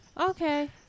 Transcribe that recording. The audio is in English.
Okay